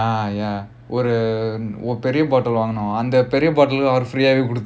ya ya ஒரு பெரிய:oru periya bottle வாங்குனோம் அந்த பெரிய:vaangunom andha periya bottel அவரு:avaru free கொடு:kodu